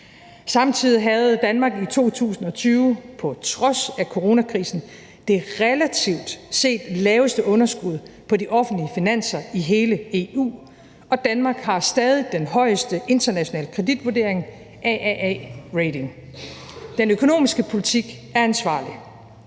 Samtidig havde Danmark i 2020 på trods af coronakrisen det relativt set laveste underskud på de offentlige finanser i hele EU, og Danmark har stadig den højeste internationale kreditvurdering, AAA-rating. Den økonomiske politik er ansvarlig.